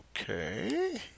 Okay